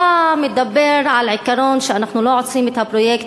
אתה מדבר על העיקרון שאנחנו לא עוצרים את הפרויקט.